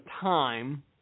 time